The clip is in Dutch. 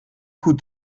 goed